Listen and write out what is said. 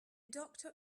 doctor